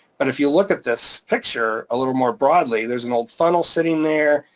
but if you look at this picture a little more broadly, there's an old funnel sitting there,